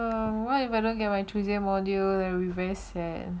um what if I don't get my tuesday module and riverside